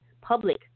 public